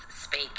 speak